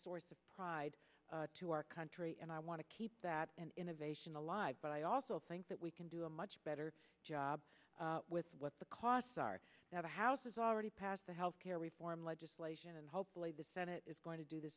source of pride to our country and i want to keep that innovation alive but i also think that we can do a much better job with what the costs are now the house has already passed the health care reform legislation and hopefully the senate is going to do the